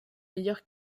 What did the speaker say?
meilleure